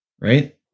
right